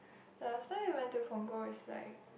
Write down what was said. the last time we went to Punggol is like